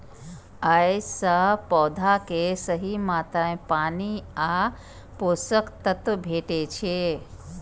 अय सं पौधा कें सही मात्रा मे पानि आ पोषक तत्व भेटै छै